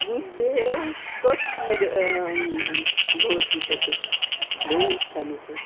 बुद्धेः कस् लग् भवति तत्र बहु इच्छामि तत्